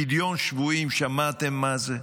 פדיון שבויים, שמעתם מה זה?